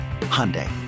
Hyundai